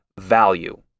value